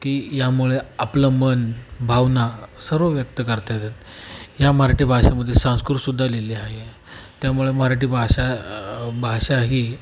की यामुळे आपलं मन भावना सर्व व्यक्त करता येतात ह्या मराठी भाषेमध्ये संस्कृतसुद्धा लिहिली आहे त्यामुळे मराठी भाषा भाषा ही